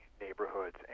neighborhoods